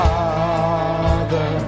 Father